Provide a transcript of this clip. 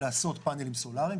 לעשות פאנלים סולאריים,